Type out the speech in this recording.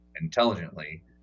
intelligently